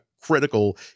critical